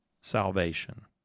salvation